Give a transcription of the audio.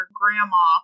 grandma